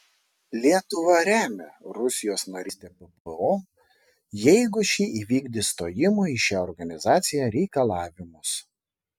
lietuva remia rusijos narystę ppo jeigu ši įvykdys stojimo į šią organizaciją reikalavimus